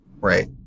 right